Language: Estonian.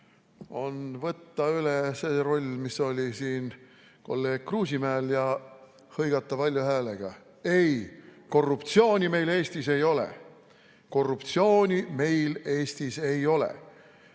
on võtta üle see roll, mis oli siin kolleeg Kruusimäel, ja hõigata valju häälega: ei, korruptsiooni meil Eestis ei ole! Korruptsiooni meil Eestis ei ole!